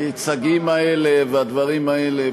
המיצגים האלה והדברים האלה,